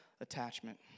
attachment